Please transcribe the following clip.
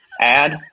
add